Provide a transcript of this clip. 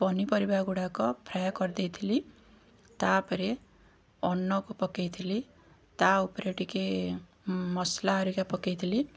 ପନିପରିବା ଗୁଡ଼ାକ ଫ୍ରାଏ କରିଦେଇଥିଲି ତା'ପରେ ଅନ୍ନକୁ ପକେଇଥିଲି ତା ଉପରେ ଟିକେ ମସଲା ହେରିକା ପକେଇଥିଲି